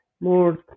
more